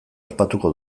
ospatuko